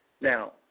Now